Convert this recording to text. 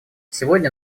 сегодня